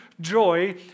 joy